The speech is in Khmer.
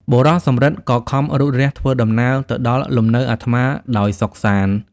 បុរសសំរិទ្ធ ក៏ខំរូតរះធ្វើដំណើរទៅដល់លំនៅអាត្មាដោយសុខសាន្ត ។